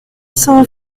cent